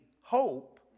hope